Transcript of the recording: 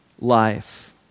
life